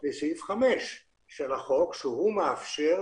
ייקבע מראש נושא והוא יהיה